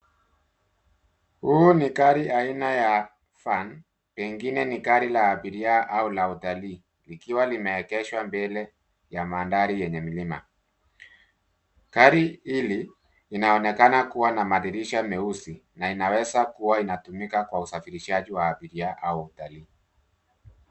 Huu ni gari aina ya van , pengine ni gari la abiria au la utalii ikiwa limeegeshwa mbele ya mandhari yenye mlima. Gari hili inaonekana kuwa na madirisha meusi na inaweza kuwa inatumika kwa usafirishaji wa abiria au utalii.